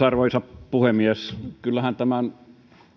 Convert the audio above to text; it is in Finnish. arvoisa puhemies kyllähän tämän